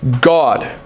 God